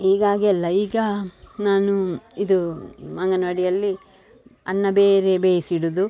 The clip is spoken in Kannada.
ಈಗ ಹಾಗೆ ಅಲ್ಲ ಈಗ ನಾನು ಇದು ಅಂಗನವಾಡಿಯಲ್ಲಿ ಅನ್ನ ಬೇರೆ ಬೇಯಿಸಿ ಇಡುವುದು